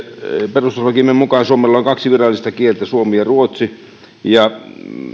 perustuslakimme mukaan suomella on kaksi virallista kieltä suomi ja ruotsi